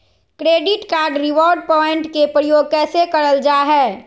Credit card reward point के प्रयोग कैसे करल जा है?